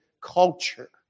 culture